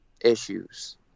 issues